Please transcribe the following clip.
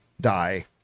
die